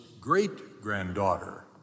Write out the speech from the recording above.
great-granddaughter